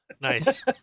nice